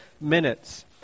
minutes